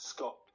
Scott